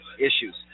issues